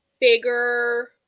bigger